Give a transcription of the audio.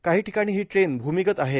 काही ठिकाणी ही ट्रेन भूमिगत आहे